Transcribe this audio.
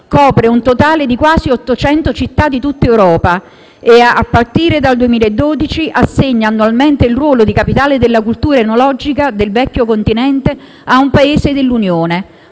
copre un totale di quasi 800 città di tutta Europa. A partire dal 2012, inoltre, assegna annualmente il ruolo di capitale della cultura enologica del vecchio continente a un Paese dell'Unione,